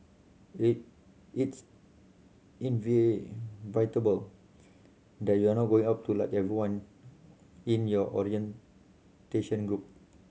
it it's inevitable that you're not going up to like everyone in your orientation group